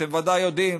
אתם ודאי יודעים